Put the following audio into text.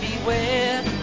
beware